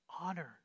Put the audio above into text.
honor